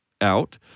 out